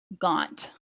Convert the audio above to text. gaunt